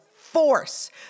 Force